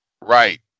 Right